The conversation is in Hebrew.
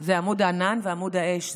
זה עמוד הענן ועמוד האש,